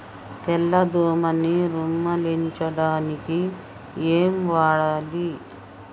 తెల్ల దోమ నిర్ములించడానికి ఏం వాడాలి?